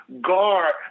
guard